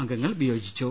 അംഗങ്ങൾ വിയോജിച്ചു